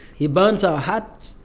he burns our hut.